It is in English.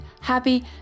happy